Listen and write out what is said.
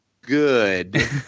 good